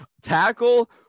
Tackle